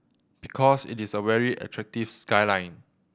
because it is a very attractive skyline